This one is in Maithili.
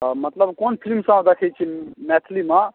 मतलब कोन फिलिमसब अहाँ देखै छी मैथिलीमे